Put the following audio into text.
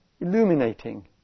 illuminating